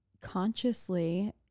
Consciously